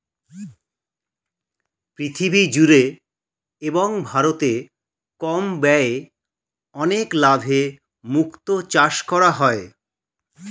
পৃথিবী জুড়ে এবং ভারতে কম ব্যয়ে অনেক লাভে মুক্তো চাষ করা হয়